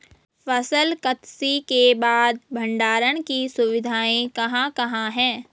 फसल कत्सी के बाद भंडारण की सुविधाएं कहाँ कहाँ हैं?